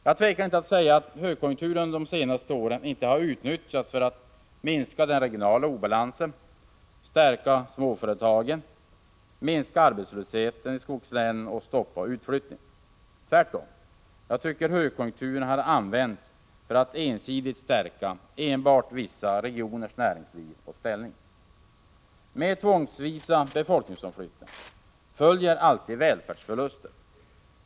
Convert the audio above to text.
Jag tvekar inte att säga att högkonjunkturen de senaste åren inte har utnyttjats för att minska den regionala obalansen, stärka småföretagen, minska arbetslösheten i skogslänen och stoppa utflyttningen. Tvärtom! Högkonjunkturen har använts för att ensidigt stärka enbart vissa regioners näringsliv och ställning. Med befolkningsomflyttningar tvångsvis följer alltid välfärdsförluster.